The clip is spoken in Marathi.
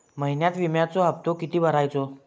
महिन्यात विम्याचो हप्तो किती भरायचो?